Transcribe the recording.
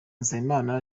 nsabimana